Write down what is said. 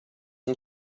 and